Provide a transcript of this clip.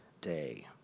day